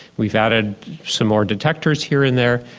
we've added some more detectors here and there.